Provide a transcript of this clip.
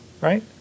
right